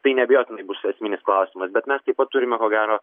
tai neabejotinai bus esminis klausimas bet mes taip pat turime ko gero